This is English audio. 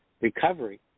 recovery